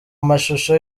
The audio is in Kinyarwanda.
amashusho